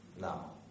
now